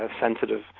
sensitive